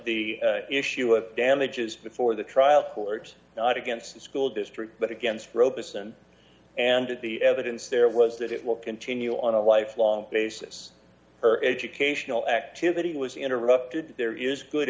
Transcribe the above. the issue of damages before the trial court not against the school district but against robeson and the evidence there was that it will continue on a lifelong basis her educational activity was interrupted there is good